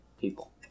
people